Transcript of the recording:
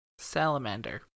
Salamander